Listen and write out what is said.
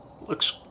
looks